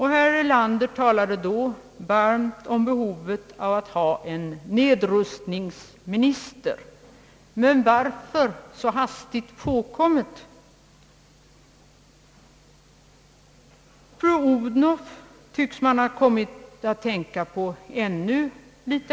Herr Erlander talade då varmt om behovet av en nedrustningsminister — men varför så hastigt påkommet? Fru Odhnoff tycks man ha kommit att tänka på ännu hastigare.